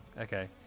Okay